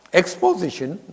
exposition